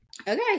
Okay